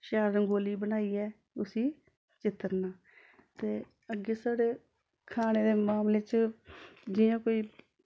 शैल रंगोली बनाइयै उस्सी चित्तरना ते अग्गें साढ़े खाने दे मामले च जि'यां कोई